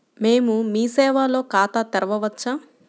మేము మీ సేవలో ఖాతా తెరవవచ్చా?